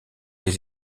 les